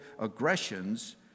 aggressions